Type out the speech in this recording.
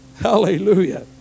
Hallelujah